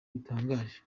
bitangaje